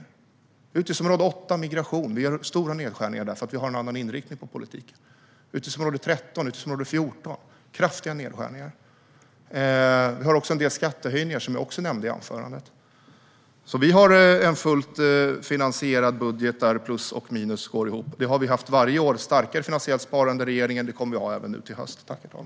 På utgiftsområde 8 Migration gör vi stora nedskärningar för att vi har en annan inriktning på politiken. Även på utgiftsområdena 13 och 14 gör vi kraftiga nedskärningar. Vi har också en del skattehöjningar som jag nämnde i mitt huvudanförande. Vi har en fullt finansierad budget där plus och minus går ihop. Vi har varje år haft starkare finansiellt sparande än regeringen, och det kommer vi att ha även nu till hösten.